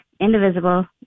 indivisible